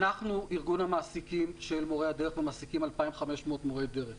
אנחנו ארגון המעסיקים של מורי הדרך ומעסיקים 2,500 מורי דרך.